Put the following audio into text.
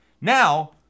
Now